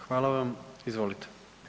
Hvala vam, izvolite.